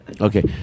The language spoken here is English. Okay